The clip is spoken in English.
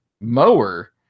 mower